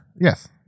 Yes